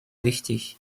wichtig